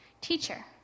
Teacher